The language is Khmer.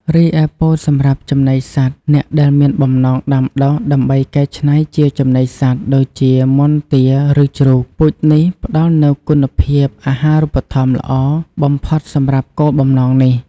រីឯពោតសម្រាប់ចំណីសត្វ អ្នកដែលមានបំណងដាំដុះដើម្បីកែច្នៃជាចំណីសត្វដូចជា មាន់ ទា ឬជ្រូក ពូជនេះផ្តល់នូវគុណភាពអាហារូបត្ថម្ភល្អបំផុតសម្រាប់គោលបំណងនេះ។